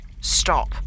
stop